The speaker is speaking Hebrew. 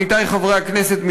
עמיתי חברי הכנסת,